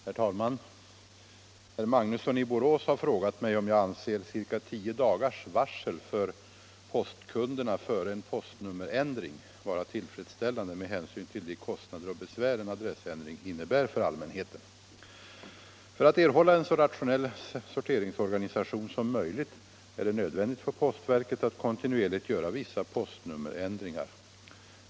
Herr talman! Herr Magnusson i Borås har frågat mig om jag anser ca tio dagars varsel för postkunderna före en postnummerändring vara tillfredsställande med hänsyn till de kostnader och besvär en adressändring innebär för allmänheten. För att erhålla en så rationell sorteringsorganisation som möjligt är det nödvändigt för postverket att kontinuerligt göra vissa postnummerändringar.